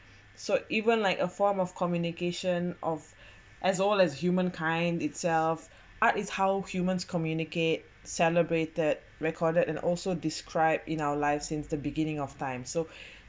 so even like a form of communication of as all as humankind itself art is how humans communicate celebrated recorded and also described in our lives since the beginning of time so